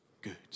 good